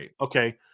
okay